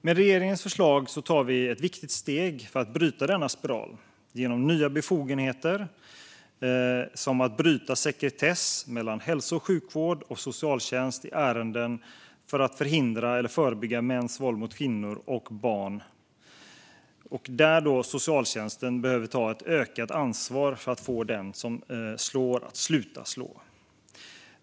Med regeringens förslag tar vi ett viktigt steg för att bryta denna spiral. Det handlar om nya befogenheter som att bryta sekretess mellan hälso och sjukvården och socialtjänsten i ärenden för att förhindra eller förebygga mäns våld mot kvinnor och barn. Socialtjänsten behöver ta ett ökat ansvar för att få den som slår att sluta slå.